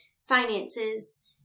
finances